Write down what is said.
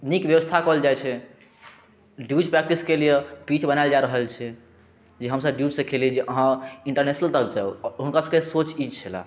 नीक व्यवस्था करल जाइ छै ड्यूज प्रैक्टिसके लिए पीच बनायल जा रहल छै जे हमसब डयूज सँ खेली जे अहाँ इंटरनेशनल हुनका सबके सोच ई छलनि